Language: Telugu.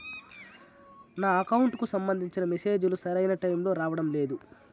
నా అకౌంట్ కు సంబంధించిన మెసేజ్ లు సరైన టైము కి రావడం లేదు